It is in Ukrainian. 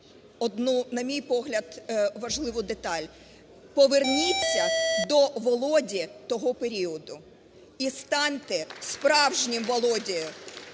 на мій погляд, важливу деталь, поверніться до Володі того періоду і станьте справжнім Володею,